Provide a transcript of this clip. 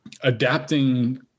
adapting